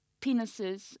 penises